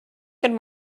good